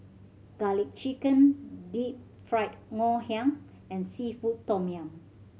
Garlic Chicken Deep Fried Ngoh Hiang and seafood tom yum